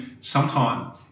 Sometime